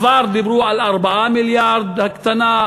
כבר דיברו על 4 מיליארדים הקטנה,